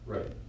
Right